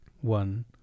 one